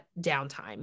downtime